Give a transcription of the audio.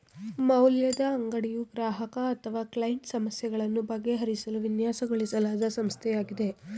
ಮೌಲ್ಯದ ಅಂಗಡಿಯು ಗ್ರಾಹಕ ಅಥವಾ ಕ್ಲೈಂಟ್ ಸಮಸ್ಯೆಗಳನ್ನು ಬಗೆಹರಿಸಲು ವಿನ್ಯಾಸಗೊಳಿಸಲಾದ ಸಂಸ್ಥೆಯಾಗಿದೆ